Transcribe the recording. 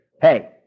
hey